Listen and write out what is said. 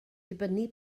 dibynnu